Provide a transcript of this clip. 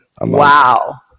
Wow